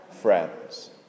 friends